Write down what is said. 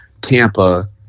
Tampa